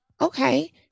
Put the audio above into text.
okay